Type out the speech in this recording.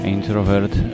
Introvert